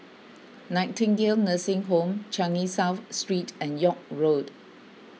Nightingale Nursing Home Changi South Street and York Road